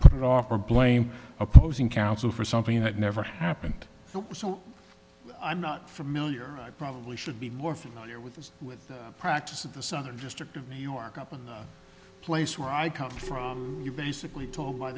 put it off for blame opposing counsel for something that never happened so i'm not familiar probably should be more familiar with this with practice of the southern district of new york up a place where i come from you basically told